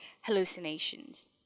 hallucinations